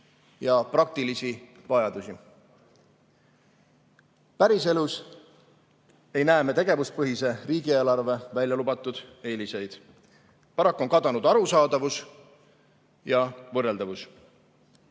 ja praktilisi vajadusi. Päriselus ei näe me tegevuspõhise riigieelarve väljalubatud eeliseid. Paraku on kadunud arusaadavus ja võrreldavus.